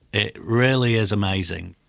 it really is amazing.